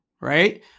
right